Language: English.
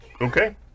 Okay